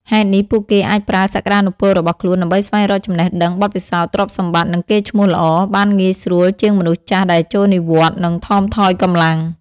ហេតុនេះ ពួកគេអាចប្រើសក្ដានុពលរបស់ខ្លួនដើម្បីស្វែងរកចំណេះដឹង បទពិសោធន៍ ទ្រព្យសម្បត្តិ និងកេរ្ដិ៍ឈ្មោះល្អ បានងាយស្រួលជាងមនុស្សចាស់ដែលចូលនិវត្តន៍និងថមថយកម្លាំង។